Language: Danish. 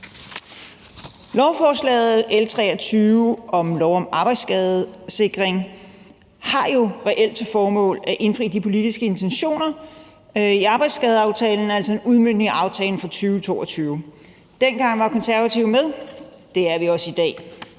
Lovforslag L 23 om lov om arbejdsskadesikring har jo reelt til formål at indfri de politiske intentioner i arbejdsskadeaftalen og er altså en udmøntning af aftalen fra 2022. Dengang var Konservative med; det er vi også i dag.